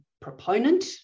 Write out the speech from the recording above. proponent